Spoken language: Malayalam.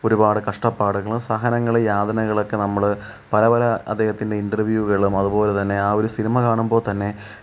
ഒരുപാട് കഷ്ടപ്പാടുകൾ സഹനങ്ങൾ യഥനകളെക്കെ നമ്മൾ പല പല അദ്ദേഹത്തിൻ്റെ ഇൻറ്റർവ്യൂകളും അതുപോലെ തന്നെ ആ ഒരു സിനിമ കാണുമ്പോൾ തന്നെ